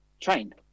train